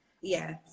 Yes